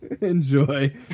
Enjoy